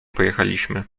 pojechaliśmy